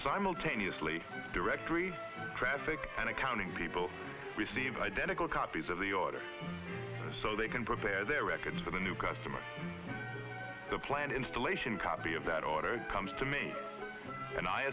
simultaneously directory traffic and accounting people receive identical copies of the order so they can prepare their records for the new customer the plan installation copy of that order comes to me and i